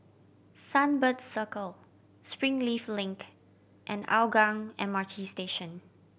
Sunbird Circle Springleaf Link and Hougang M R T Station